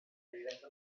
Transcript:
غیرت